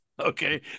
Okay